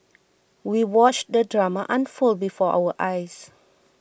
we watched the drama unfold before our eyes